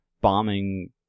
bombing